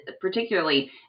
particularly